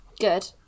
good